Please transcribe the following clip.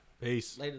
peace